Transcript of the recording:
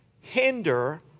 hinder